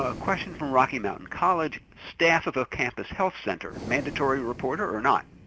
ah question from rocky mountain college, staff of a campus health center, mandatory reporter or not?